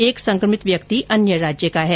एक संक्रमित व्यक्ति अन्य राज्य का है